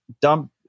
dump